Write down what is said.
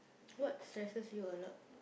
what stresses you a lot